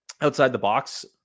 outside-the-box